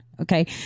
Okay